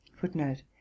Footnote